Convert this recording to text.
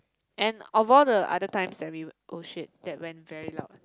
and of all the other times that we oh shit that went very loud ah